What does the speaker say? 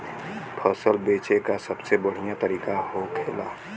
फसल बेचे का सबसे बढ़ियां तरीका का होखेला?